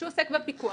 שעוסק בפיקוח.